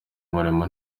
umurimo